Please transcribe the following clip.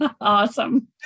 Awesome